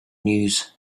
news